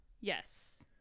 Yes